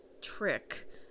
trick